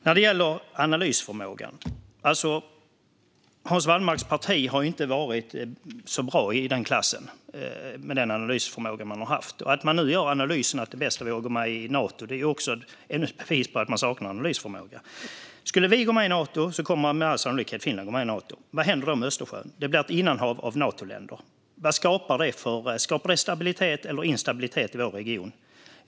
När det gäller analysförmågan har Hans Wallmarks parti inte varit så bra i den klassen med den analysförmåga man har haft. Att man nu gör analysen att det bästa är om vi går med i Nato är också bevis på att man saknar analysförmåga. Skulle vi gå med i Nato kommer med all sannolikhet Finland gå med i Nato. Vad händer då med Östersjön? Det blir ett innanhav av Natoländer. Skapar det stabilitet eller instabilitet i vår region?